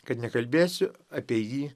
kad nekalbėsiu apie jį